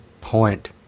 point